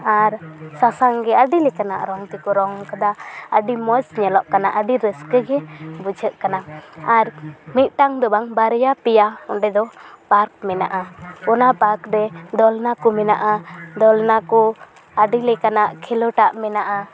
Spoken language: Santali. ᱟᱨ ᱥᱟᱥᱟᱝ ᱜᱮ ᱟᱹᱰᱤ ᱞᱮᱠᱟᱱᱟᱜ ᱨᱚᱝ ᱛᱮᱠᱚ ᱨᱚᱝ ᱟᱠᱟᱫᱟ ᱟᱹᱰᱤ ᱢᱚᱡᱽ ᱧᱮᱞᱚᱜ ᱠᱟᱱᱟ ᱟᱹᱰᱤ ᱨᱟᱹᱥᱠᱟᱹ ᱜᱮ ᱵᱩᱡᱷᱟᱹᱜ ᱠᱟᱱᱟ ᱟᱨ ᱢᱤᱫᱴᱟᱹᱝ ᱫᱚ ᱵᱟᱝ ᱵᱟᱨᱭᱟ ᱯᱮᱭᱟ ᱚᱸᱰᱮ ᱫᱚ ᱯᱟᱨᱠ ᱢᱮᱱᱟᱜᱼᱟ ᱚᱱᱟ ᱯᱟᱨᱠ ᱨᱮ ᱫᱚᱞᱱᱟ ᱠᱚ ᱢᱮᱱᱟᱜᱼᱟ ᱫᱚᱞᱱᱟ ᱠᱚ ᱟᱹᱰᱤ ᱞᱮᱠᱟᱱᱟᱜ ᱠᱷᱮᱞᱳᱰᱟᱜ ᱢᱮᱱᱟᱜᱼᱟ